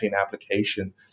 application